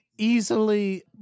easily